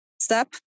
step